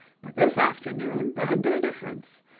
but this afternoon there had been a difference.